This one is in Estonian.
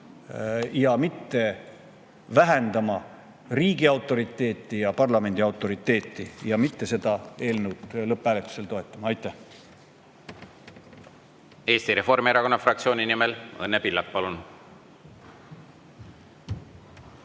mitte vähendama riigi autoriteeti ja parlamendi autoriteeti ning seda eelnõu lõpphääletusel mitte toetama. Aitäh! Eesti Reformierakonna fraktsiooni nimel Õnne Pillak, palun!